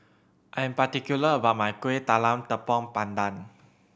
I am particular about my Kueh Talam Tepong Pandan